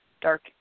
Dark